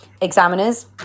examiners